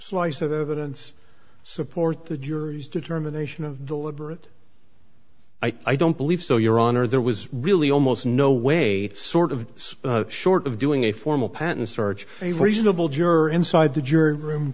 slice of evidence support the jury's determination of the web or it i don't believe so your honor there was really almost no way sort of short of doing a formal patent search a reasonable juror inside the jury room